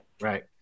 Right